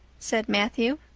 said matthew.